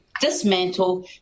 dismantle